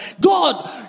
God